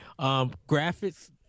Graphics